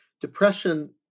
depression